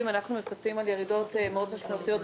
אנחנו מפצים על ירידות משמעותיות מאוד,